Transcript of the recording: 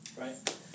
Right